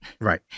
Right